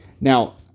Now